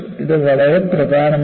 ഇത് വളരെ പ്രധാനമാണ്